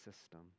system